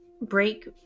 break